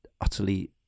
utterly